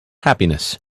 happiness